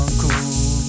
cool